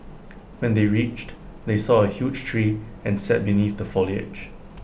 when they reached they saw A huge tree and sat beneath the foliage